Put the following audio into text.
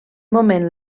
moment